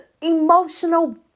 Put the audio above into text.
emotional